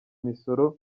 imisoro